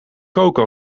koken